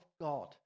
God